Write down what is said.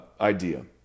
idea